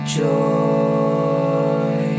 joy